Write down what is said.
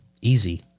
easy